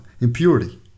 impurity